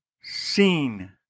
seen